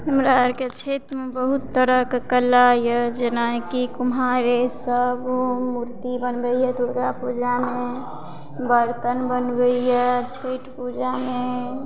हमरा आरके क्षेत्रमे बहुत तरहके कला यऽ जेनाकि कुम्हार सब मूर्ति बनबैया दुर्गा पूजामे बर्तन बनबैया छठि पूजामे